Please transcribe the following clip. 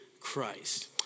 Christ